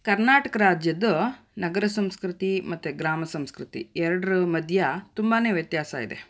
ಕರ್ನಾಟಕ ರಾಜ್ಯದ್ದು ನಗರ ಸಂಸ್ಕೃತಿ ಮತ್ತು ಗ್ರಾಮ ಸಂಸ್ಕೃತಿ ಎರಡರ ಮಧ್ಯೆ ತುಂಬಾ ವ್ಯತ್ಯಾಸ ಇದೆ